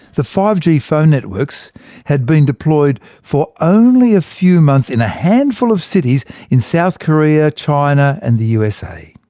the five g phone networks had been deployed for only a few months in a handful of cities in south korea, china and the usa.